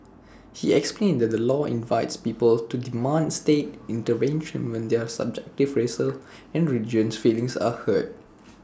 he explained that the law invites people to demand state intervention when their subjective racial and religious feelings are hurt